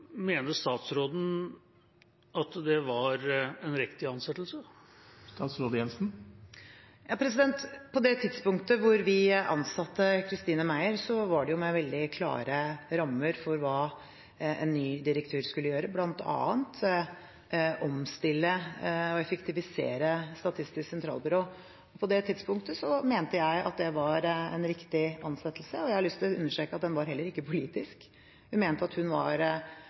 Mener statsråden at det var en riktig ansettelse? På det tidspunktet vi ansatte Christine Meyer, var det med veldig klare rammer for hva en ny direktør skulle gjøre, bl.a. omstille og effektivisere Statistisk sentralbyrå. På det tidspunktet mente jeg at det var en riktig ansettelse. Jeg har lyst til å understreke at den ikke var politisk. Vi mente at hun var